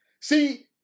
See